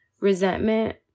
resentment